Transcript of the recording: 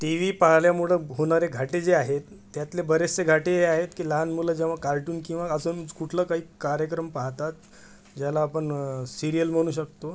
T V पाहल्यामुळं होणारे घाटे जे आहेत त्यातले बरेचसे घाटे हे आहेत की लहान मुलं जेव्हा कार्टून किंवा अजून कुठलं काही कार्यक्रम पाहतात ज्याला आपण सिरियल म्हणू शकतो